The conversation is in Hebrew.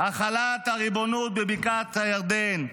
החלת הריבונות בבקעת הירדן.